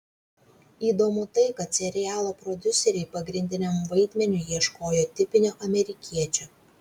įdomu tai kad serialo prodiuseriai pagrindiniam vaidmeniui ieškojo tipinio amerikiečio